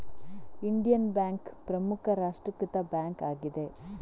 Indian bank ಪ್ರಮುಖ ರಾಷ್ಟ್ರೀಕೃತ bank ಆಗಿದೆ